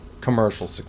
commercial